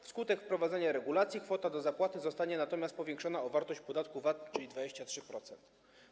Wskutek wprowadzenia regulacji kwota do zapłaty zostanie powiększona o wartość podatku VAT, czyli o 23%.